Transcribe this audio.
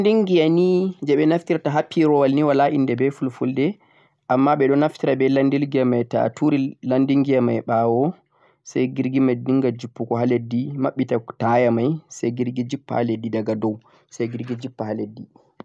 landing gear ni jeh beh naftirta ha pirowol ni wala inde beh fulfulde amma bedo naftira beh landing gear mai to'a tuuri landing gear mai bawo sai jirgi mai dinga jippugo ha leddi mabbita taya mai sai jirgi jippa ha leddi daga dau sai jirgi jippa ha leddi